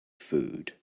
food